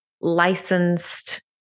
licensed